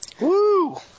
Woo